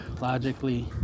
logically